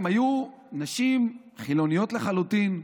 הן היו נשים חילוניות לחלוטין,